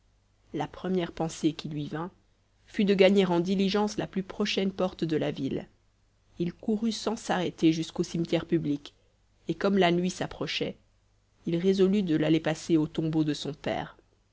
la première pensée qui lui vint fut de gagner en diligence la plus prochaine porte de la ville il courut sans s'arrêter jusqu'au cimetière public et comme la nuit s'approchait il résolut de l'aller passer au tombeau de son père